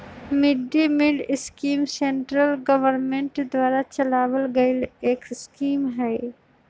mid day meal scheme central government द्वारा चलावल गईल एक स्कीम हई